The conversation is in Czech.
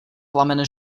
plamen